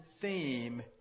theme